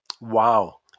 Wow